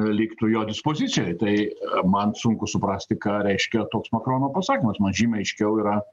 liktų jo dispozicijoj tai man sunku suprasti ką reiškia toks makrono pasakymas man žymiai aiškiau yra